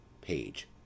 Page